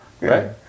Right